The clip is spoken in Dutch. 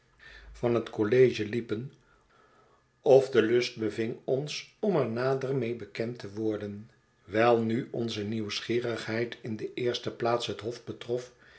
van het college liepen of de lust beving ons om er nader mede bekend te worden wijl nu onze nieuwsgierigheid in de eerste plaats het hof betrof